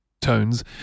tones